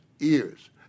ears